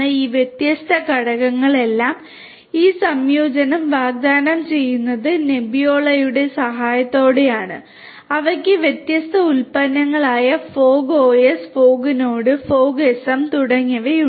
ഈ വ്യത്യസ്ത ഘടകങ്ങളെല്ലാം ഈ സംയോജനം വാഗ്ദാനം ചെയ്യുന്നത് നെബിയോളോയുടെ സഹായത്തോടെയാണ് അവയ്ക്ക് വ്യത്യസ്ത ഉൽപ്പന്നങ്ങളായ fogOS fogNode fogSM തുടങ്ങിയവയുണ്ട്